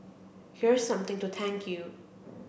here's something to thank you